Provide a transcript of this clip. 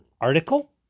article